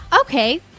Okay